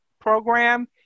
program